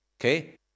Okay